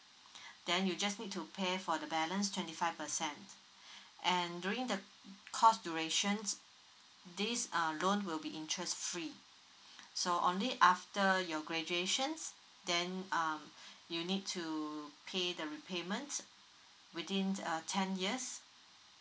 then you just need to pay for the balance twenty five percent and during the course durations this uh loan will be interest free so only after your graduations then um you need to pay the repayments within uh ten years